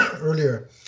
earlier